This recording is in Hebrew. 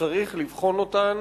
שצריך לבחון אותן